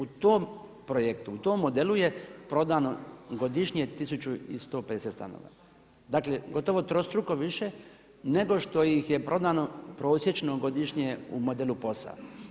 U tom projektu u tom modelu je prodano godišnje 1150 stanova, dakle dvostruko trostruko više nego što ih je prodano prosječno godišnje u modelu POS-a.